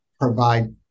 provide